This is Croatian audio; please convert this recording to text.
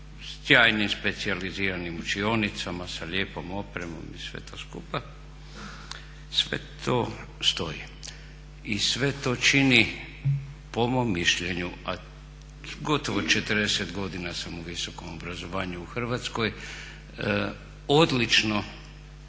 sa sjajnim specijaliziranim učionicama, sa lijepom opremom i sve to skupa. Sve to stoji i sve to čini, po mom mišljenju, a gotovo 40 godina sam u visokom obrazovanju u Hrvatskoj, odlično